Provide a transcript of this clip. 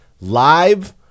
live